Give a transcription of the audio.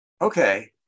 Okay